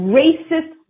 racist